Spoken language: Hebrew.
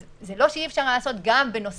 אז זה לא שאי אפשר היה לעשות גם בנוסף